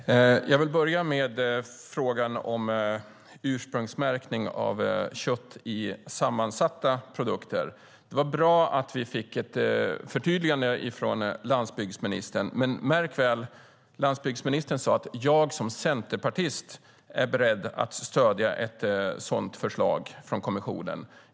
Fru talman! Jag vill börja med frågan om ursprungsmärkning av kött i sammansatta produkter. Det var bra att vi fick ett förtydligande från landsbygdsministern, men märk väl: landsbygdsministern sade att han som centerpartist är beredd att stödja ett sådant förslag från kommissionen.